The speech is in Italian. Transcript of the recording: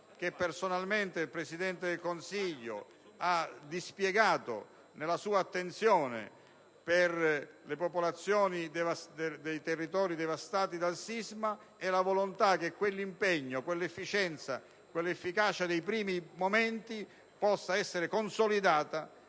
l'impegno che il Presidente del Consiglio ha personalmente dispiegato nella sua attenzione per le popolazioni dei territori devastati dal sisma e la volontà che l'impegno, l'efficienza e l'efficacia dei primi momenti possano essere consolidati